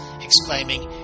exclaiming